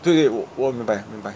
对对我我明白明白